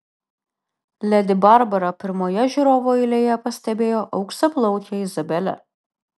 ledi barbara pirmoje žiūrovų eilėje pastebėjo auksaplaukę izabelę